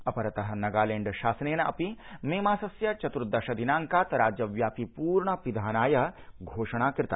अपरतः नगालैंड शासनेन अपि मे मासस्य चतुर्दश दिनाड्कात् राज्यव्यापि पूर्ण पिधानाय घोषणा कृता